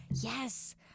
yes